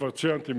וכבר ציינתי,